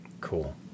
Cool